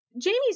Jamie's